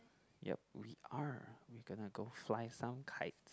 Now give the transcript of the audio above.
yup we are we gonna go fly some kite